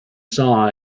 saw